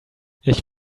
ich